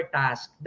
task